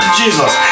jesus